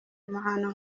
amahano